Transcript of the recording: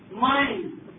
mind